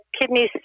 kidneys